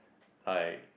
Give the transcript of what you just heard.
like